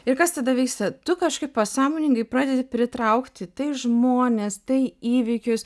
ir kas tada vyksta tu kažkaip pasąmoningai pradedi pritraukti tai žmones tai įvykius